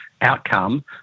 outcome